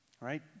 right